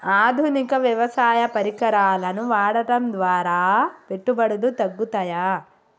ఆధునిక వ్యవసాయ పరికరాలను వాడటం ద్వారా పెట్టుబడులు తగ్గుతయ?